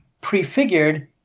prefigured